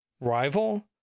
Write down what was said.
rival